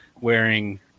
wearing